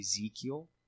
Ezekiel